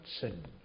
sin